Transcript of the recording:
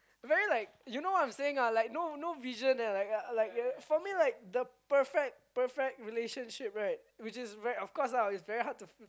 very like you know what I'm saying lah like no no vision leh for me like the perfect perfect relationship right which is of course lah it's very hard to